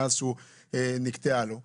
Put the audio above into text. מאז שנקטעה לו.